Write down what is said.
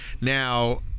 Now